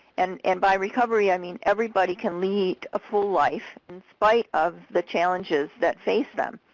and and by recovery i mean everybody can lead a full life in spite of the challenges that face them,